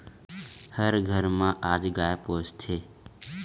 हर घर म आज गाय पोसथे